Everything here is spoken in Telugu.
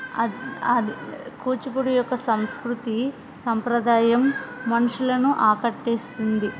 అ అది కూచిపూడి యొక్క సంస్కృతి సాంప్రదాయం మనుషులను ఆకట్టుతుంది